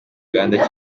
uganda